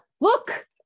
look